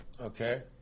Okay